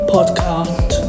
Podcast